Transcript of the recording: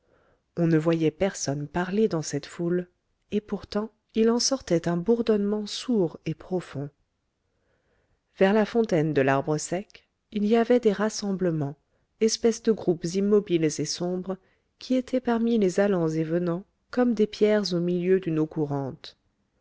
on ne voyait personne parler dans cette foule et pourtant il en sortait un bourdonnement sourd et profond vers la fontaine de larbre sec il y avait des rassemblements espèces de groupes immobiles et sombres qui étaient parmi les allants et venants comme des pierres au milieu d'une eau courante